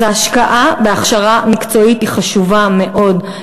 אז ההשקעה בהכשרה מקצועית היא חשובה מאוד,